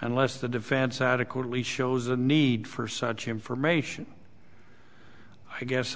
unless the defense adequately shows a need for such information i guess